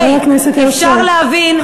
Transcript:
אפשר להבין,